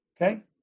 okay